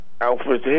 Alfred